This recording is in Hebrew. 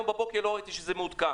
היום בבוקר לא ראיתי שזה מעודכן.